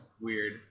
weird